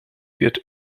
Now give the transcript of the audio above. wird